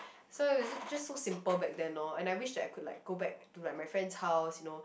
so is it just so simple back then loh and I wish like I could go back to like my friend house you know